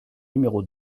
numéro